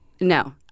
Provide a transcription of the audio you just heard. no